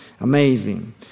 Amazing